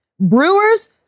Brewers